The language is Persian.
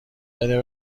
بده